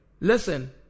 Listen